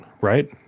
right